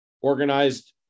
organized